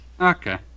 okay